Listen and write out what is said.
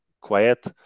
quiet